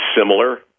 similar